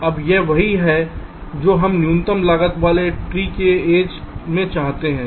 अब यह वही है जो हम न्यूनतम लागत वाले ट्री के एज में चाहते हैं